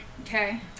Okay